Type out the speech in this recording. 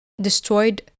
destroyed